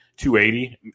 280